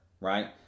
right